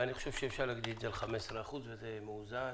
ואני סבור שאפשר להגדיל את זה ל-15% וזה יהיה מאוזן,